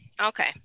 Okay